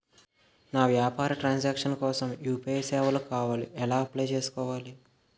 నా వ్యాపార transaction కోసం యు.పి.ఐ సేవలు కావాలి ఎలా అప్లయ్ చేసుకోవాలి?